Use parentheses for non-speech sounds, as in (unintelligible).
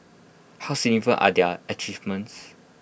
how (unintelligible) are their achievements